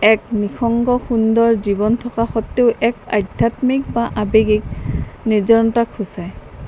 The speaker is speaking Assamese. এক নিসংগ সুন্দৰ জীৱন থকা স্বতেও এক আধ্যাত্মিক বা আৱেগিক নিৰ্জনতাক সূচায়